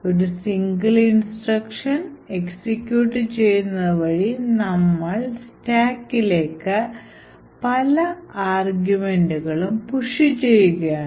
ഒരു single instruction execute ചെയ്യുന്നതു വഴി നമ്മൾ stackലേക്ക് പല ആർഗ്യുമെന്റുകൾ പുഷ് ചെയ്യുകയാണ്